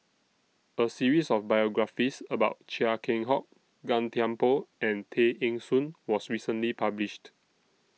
A series of biographies about Chia Keng Hock Gan Thiam Poh and Tay Eng Soon was recently published